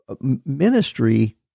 Ministry